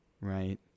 right